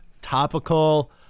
topical